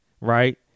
Right